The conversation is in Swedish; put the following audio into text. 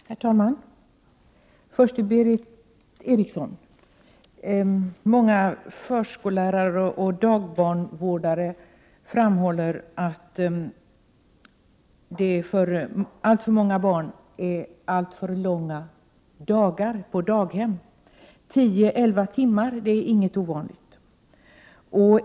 Herr talman! På tal om bättre kvalitet vill jag först till Berith Eriksson säga att många förskollärare och dagbarnvårdare framhåller att alltför många barn vistas alltför länge på daghem — 10-11 timmar är inte ovanligt.